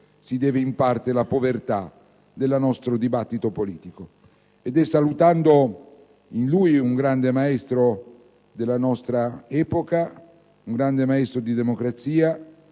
si deve, in parte, la povertà del nostro dibattito politico. Salutando in lui un grande maestro della nostra epoca e un grande maestro di democrazia,